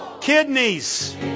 Kidneys